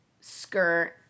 skirt